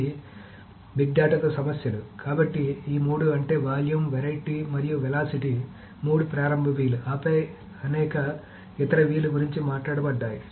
ఇవి big data తో సమస్యలు కాబట్టి ఈ మూడు అంటే వాల్యూమ్ వెరైటీ మరియు వెలాసిటీ మూడు ప్రారంభ v లు ఆపై అనేక ఇతర v లు గురించి మాట్లాడబడ్డాయి